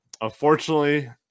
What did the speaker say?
unfortunately